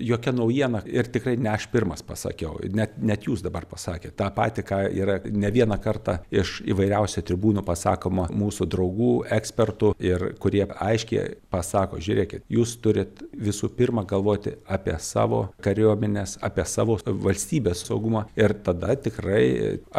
jokia naujiena ir tikrai ne aš pirmas pasakiau net net jūs dabar pasakėt tą patį ką yra ne vieną kartą iš įvairiausių tribūnų pasakoma mūsų draugų ekspertų ir kurie aiškiai pasako žiūrėkit jūs turit visų pirma galvoti apie savo kariuomenes apie savo valstybės saugumą ir tada tikrai